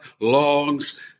longs